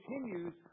continues